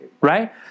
Right